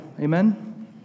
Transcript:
Amen